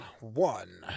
one